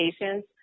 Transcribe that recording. patients